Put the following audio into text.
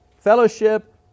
fellowship